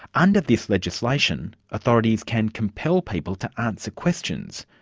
under the legislation, authorities can compel people to answer questions,